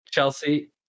Chelsea